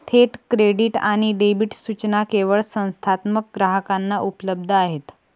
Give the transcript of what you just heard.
थेट क्रेडिट आणि डेबिट सूचना केवळ संस्थात्मक ग्राहकांना उपलब्ध आहेत